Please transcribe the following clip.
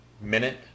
minute